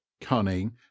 cunning